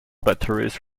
batteries